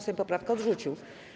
Sejm poprawkę odrzucił.